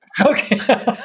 Okay